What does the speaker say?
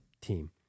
team